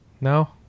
No